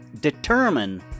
determine